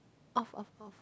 off off off